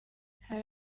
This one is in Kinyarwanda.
hari